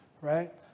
right